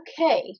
okay